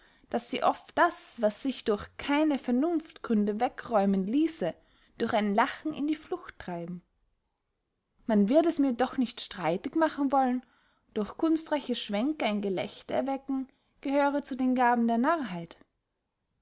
daß sie oft das was sich durch keine vernunftgründe wegräumen liesse durch ein lachen in die flucht treiben man wird es mir doch nicht streitig machen wollen durch kunstreiche schwänke ein gelächter erwecken gehöre zu den gaben der